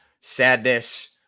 sadness